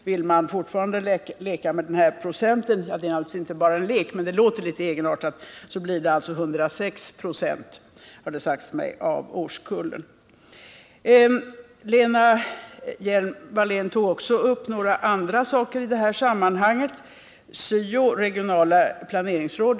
Vill man fortsätta med den här procentleken — det är naturligtvis inte bara en lek — blir det alltså 106 "a, har det sagts mig, av årskullen. Lena Hjelm-Wallén tog också upp några andra saker i detta sammanhang, SYO och regionala planeringsråd.